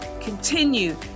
continue